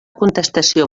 contestació